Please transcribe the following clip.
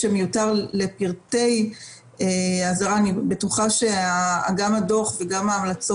כדי להבטיח את כל מה שנדרש כשבעצם מבטלים את